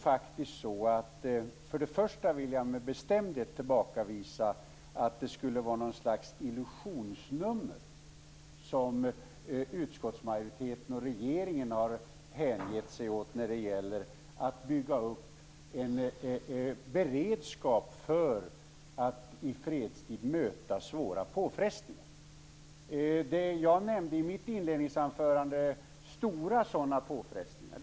Först och främst vill jag med bestämdhet tillbakavisa att det skulle vara något slags illusionsnummer som utskottsmajoriteten och regeringen har hängett sig åt när det gäller att bygga upp en beredskap för att i fredstid möta svåra påfrestningar. Det jag nämnde i mitt inledningsanförande var stora sådana påfrestningar.